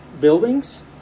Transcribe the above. buildings